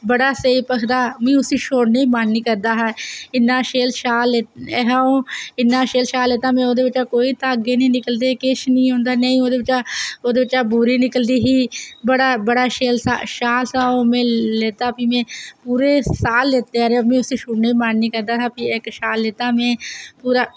बड़ा शैल भखदा हा में उसी छोड़नें गी मन नी करदा हा इन्ना शैल शाल हा ओह् इन्ना सैल शाल लैत्ता नें नेई ओह्दे बिच्चा दा धागे निकले नां नां ओह्दे बिच्चा दा बूरी निकलदी ही बड़ा शैल शाल ही फ्ही में लैत्ता ओह् पूरे साल लैत्ते दा रक्खेआ में उसी छोड़ने दा मन नी करदीा हा फ्ही में